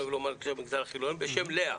בשם לאה.